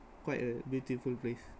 quite a beautiful place